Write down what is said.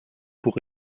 pour